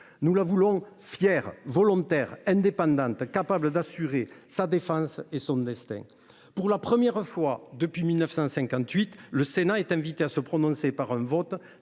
Nous la voulons fière, volontaire, indépendante, capable d’assurer sa défense et de prendre en main son destin. Pour la première fois depuis 1958, le Sénat est invité à se prononcer par un vote,